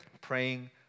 praying